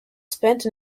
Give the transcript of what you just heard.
spent